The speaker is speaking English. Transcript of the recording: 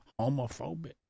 homophobic